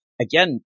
again